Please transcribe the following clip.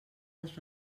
els